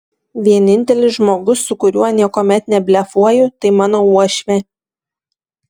vienintelis žmogus su kuriuo niekuomet neblefuoju tai mano uošvė